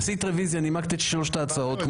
אני רוצה להגיד משהו לשלמה קרעי